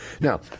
Now